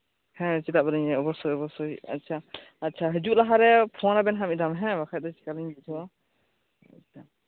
ᱦᱮᱸ ᱪᱮᱫᱟᱜ ᱵᱟᱹᱞᱤᱧ ᱞᱟᱹᱭᱟ ᱚᱵᱚᱥᱥᱳᱭ ᱚᱵᱚᱥᱥᱳᱭ ᱟᱪᱪᱷᱟ ᱦᱤᱡᱩᱜ ᱞᱟᱦᱟᱨᱮ ᱯᱷᱳᱱ ᱟᱵᱮᱱ ᱢᱤᱫ ᱫᱷᱟᱣ ᱵᱟᱠᱷᱟᱡ ᱫᱚ ᱪᱤᱠᱟᱞᱤᱧ ᱵᱩᱡᱷᱟᱹᱣᱟ